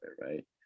right